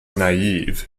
naive